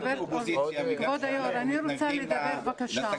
כבוד היו"ר, אני רוצה לדבר, בבקשה.